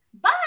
Bye